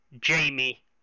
Jamie